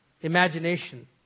imagination